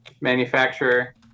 Manufacturer